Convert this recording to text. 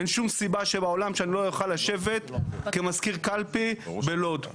אין שום סיבה שבעולם שאני לא אוכל לשבת כמזכיר קלפי בלוד.